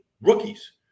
rookies